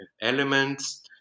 elements